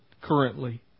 currently